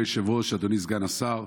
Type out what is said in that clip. אדוני היושב-ראש, אדוני סגן השר,